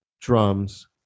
drums